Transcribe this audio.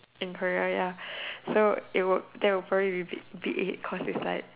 in farrier so it would there would probably be be eight cost aside